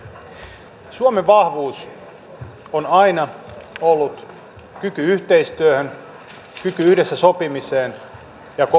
suomen vahvuus on aina ollut kyky yhteistyöhön kyky yhdessä sopimiseen ja kova osaaminen